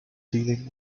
dealing